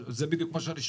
זה בדיוק מה שאני שואל.